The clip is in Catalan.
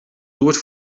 dues